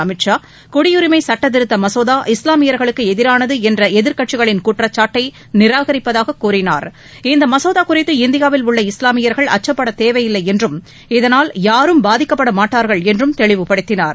அமித் ஷா குடியுரிமை சட்டத்திருத்த மசோதா இஸ்லாமியர்களுக்கு எதிரானது என்ற எதிர்க்கட்சிகளின் குற்றச்சாட்டை நிராகரிப்பதாக கூறினார் இந்த மசோதா குறித்து இந்தியாவில் உள்ள இஸ்லாமியர்கள் அச்சுப்படத் தேவையில்லை என்றும் இதனால் யாரும் பாதிக்கப்பட மாட்டார்கள் என்றும் தெளிவுபடுத்தினார்